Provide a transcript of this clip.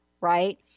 Right